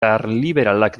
karliberalak